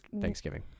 thanksgiving